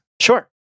Sure